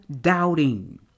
doubting